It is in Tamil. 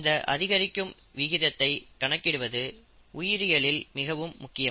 இந்த அதிகரிக்கும் விகிதத்தை கணக்கிடுவது உயிரியலில் மிகவும் முக்கியம்